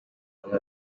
bamwe